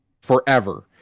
forever